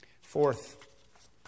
Fourth